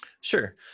Sure